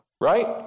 right